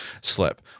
slip